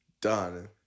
done